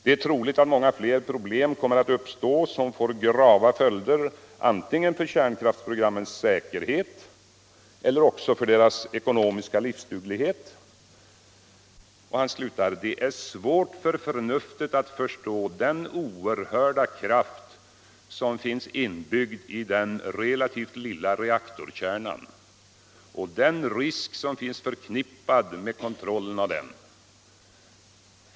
Det är troligt att många fler problem kommer att uppstå som får grava följder antingen för kärnkraftprogrammens säkerhet eller för deras ekonomiska livsduglighet.” Han slutar: ”Det är svårt för förnuftet att förstå den oerhörda kraft som finns inbyggd i den relativt lilla reaktorkärnan och den risk som finns förknippad med kontrollen av den.